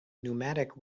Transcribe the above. pneumatic